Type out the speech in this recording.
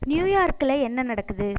நியூயார்க்கில் என்ன நடக்குது